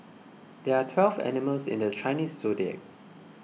there are twelve animals in the Chinese zodiac